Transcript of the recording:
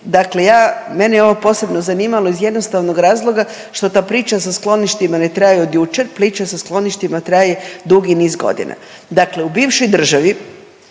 Dakle, ja mene je ovo posebno zanimalo iz jednostavnog razloga što ta priča sa skloništima ne traje od jučer. Priča sa skloništima traje dugi niz godina. Dakle, u bivšoj državi